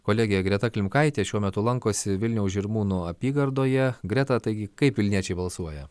kolegė greta klimkaitė šiuo metu lankosi vilniaus žirmūnų apygardoje greta taigi kaip vilniečiai balsuoja